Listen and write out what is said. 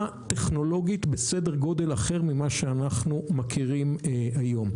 טכנולוגית בסדר גודל אחר ממה שאנחנו מכירים היום,